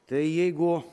tai jeigu